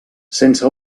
sense